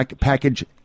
package